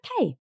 okay